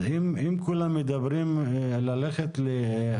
ות ושאלות איך זה שמצד אחד מדברים על ייצור